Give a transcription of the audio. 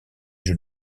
jeux